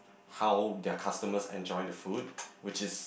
how their customers enjoy the food which is